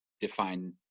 define